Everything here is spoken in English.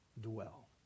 dwell